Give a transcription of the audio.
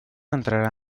entrara